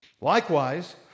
Likewise